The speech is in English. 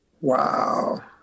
Wow